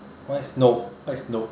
what is note what is note